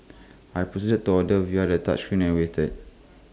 I proceeded to order via the touchscreen and waited